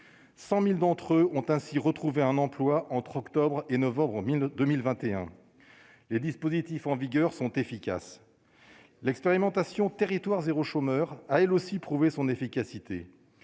100000 d'entre eux ont ainsi retrouvé un emploi, entre octobre et novembre ont mis 2021 les dispositifs en vigueur sont efficaces, l'expérimentation territoire zéro chômeur a elle aussi prouvé son efficacité